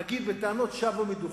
אגיד בטענות שווא ומדוחים.